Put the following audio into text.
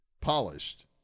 polished